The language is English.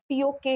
POK